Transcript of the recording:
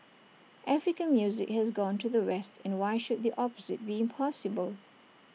African music has gone to the west and why should the opposite be impossible